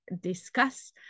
discuss